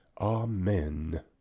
Amen